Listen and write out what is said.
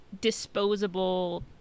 disposable